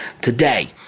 today